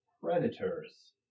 Predators